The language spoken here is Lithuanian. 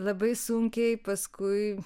labai sunkiai paskui